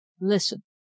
listen